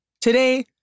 Today